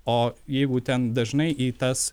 o jeigu ten dažnai į tas